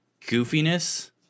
goofiness